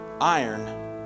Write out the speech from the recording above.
iron